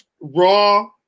raw